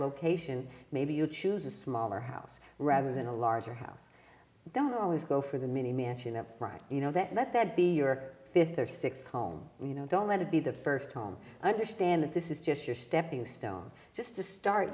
location maybe you choose a smaller house rather than a larger house don't always go for the mini mansion up front you know that let that be your fifth or sixth home you know don't let it be the first home understand that this is just your stepping stone just to start